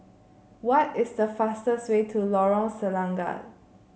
what is the fastest way to Lorong Selangat